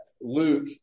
Luke